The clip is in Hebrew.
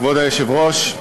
כבוד היושב-ראש,